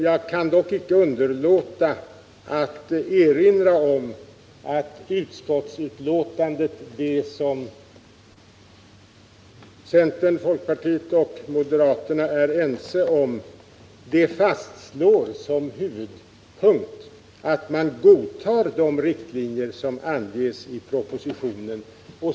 Jag kan dock inte underlåta att erinra om att i det utskottsförslag som centern, folkpartiet och moderaterna är ense om fastslås som huvudpunkt att man godtar de riktlinjer som anges i propositionen.